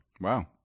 Wow